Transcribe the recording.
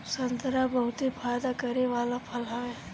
संतरा बहुते फायदा करे वाला फल हवे